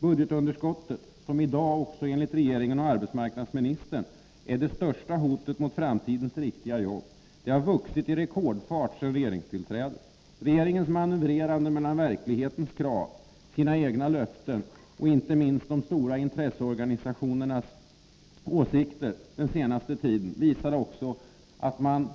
Budgetunderskottet, som i dag också enligt regeringen och arbetsmarknadsministern är det största hotet mot framtidens riktiga jobb, har vuxit i rekordfart sedan regeringstillträdet. Regeringens manövrerande mellan verklighetens krav, sina egna löften och inte minst de stora intresseorganisationernas åsikter den senaste tiden visar också att man